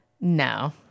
No